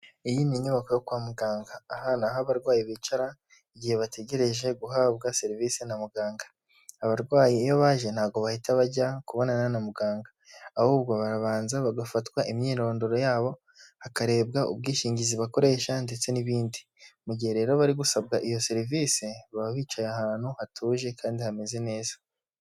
Iyi ni inyubako yo kwa muganga. Aha niho abarwayi bicara igihe bategereje guhabwa serivisi na muganga, abarwaye iyo baje ntago bahita bajya kubonana na muganga. Ahubwo barabanza bagafatwa imyirondoro yabo, hakarebwa ubwishingizi bakoresha ndetse n'ibindi. Mu gihe rero bari gusabwa iyo serivisi baba bicaye ahantu hatuje kandi hameze neza.